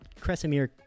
Kresimir